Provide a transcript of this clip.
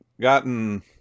gotten